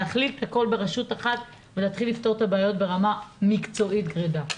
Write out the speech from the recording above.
להחליט הכל ברשות אחת ולהתחיל לפתור את הבעיות ברמה מקצועית גרידא.